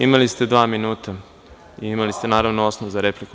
Imali ste dva minuta i imali ste, naravno, osnov za repliku.